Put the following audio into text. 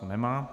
Nemá.